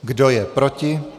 Kdo je proti?